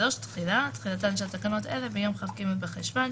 תחילה 3. תחילתן של תקנות אלה ביום כ"ג בחשוון